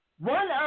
One